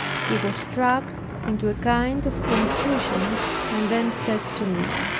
he was struck into a kind of confusion and then said to me,